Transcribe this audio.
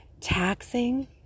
taxing